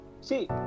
see